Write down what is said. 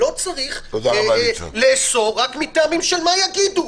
לא צריך לאסור רק מטעמים של מה יגידו.